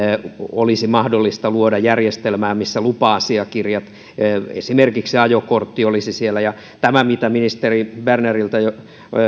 olisi mahdollista luoda järjestelmää missä lupa asiakirjat esimerkiksi ajokortti olisivat siellä tämä mistä ministeri berneriltä jo